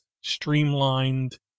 streamlined